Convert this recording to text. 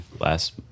last